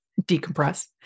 decompress